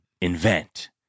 invent